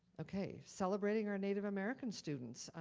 ok, celebrating our native american students.